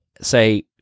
say